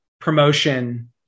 promotion